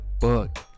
book